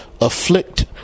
afflict